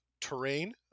Terrain